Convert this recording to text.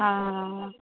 हा हा हा